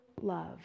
love